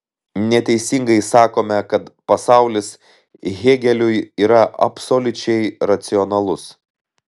neteisingai sakome kad pasaulis hėgeliui yra absoliučiai racionalus